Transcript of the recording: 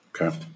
okay